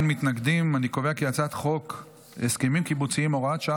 ההצעה להעביר את הצעת חוק הסכמים קיבוציים (הוראת שעה,